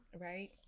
Right